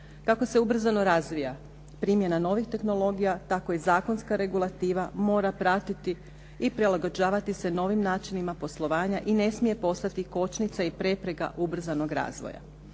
Kako se ubrano razvija primjena novih tehnologija tako i zakonska regulativa mora pratiti i prilagođavati se novim načinima poslovanja i ne smije postati kočnica i prepreka ubrzanog razvoja.